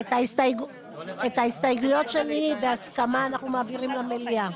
את ההסתייגות שלי בהסכמה אנחנו מעבירים למליאה.